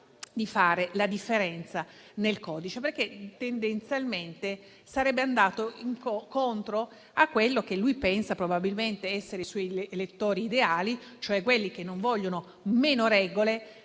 di fare la differenza nel codice, perché tendenzialmente sarebbe andato contro a quelli che lui probabilmente pensa essere i suoi elettori ideali, cioè quelli che vogliono meno regole,